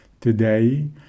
today